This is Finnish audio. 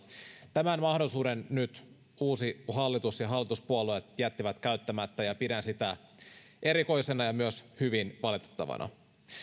tämän mahdollisuuden nyt uusi hallitus ja hallituspuolueet jättivät käyttämättä ja pidän sitä erikoisena ja myös hyvin valitettavana